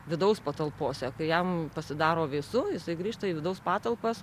vidaus patalpose kai jam pasidaro vėsu jisai grįžta į vidaus patalpas